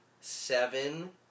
seven